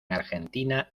argentina